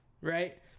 Right